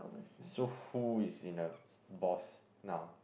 so who is in a boss now